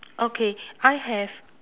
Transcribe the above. okay I have